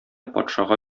патшага